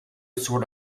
sort